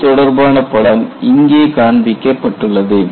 இது தொடர்பான படம் இங்கே காண்பிக்கப்பட்டுள்ளது